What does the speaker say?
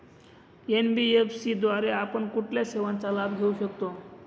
NBFC द्वारे आपण कुठल्या सेवांचा लाभ घेऊ शकतो?